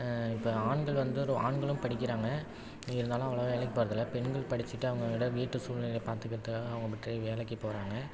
இப்போ ஆண்கள் வந்து ரொ ஆண்களும் படிக்கிறாங்க இருந்தாலும் அவ்வளோவா வேலைக்குப் போகிறதில்ல பெண்கள் படிச்சுட்டு அவங்களோட வீட்டு சூல்நிலையைப் பார்த்துக்கிறதுக்காக அவங்க வேலைக்குப் போகிறாங்க